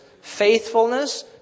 faithfulness